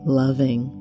loving